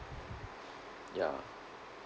ya